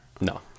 No